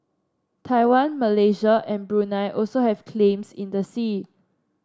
Taiwan Malaysia and Brunei also have claims in the sea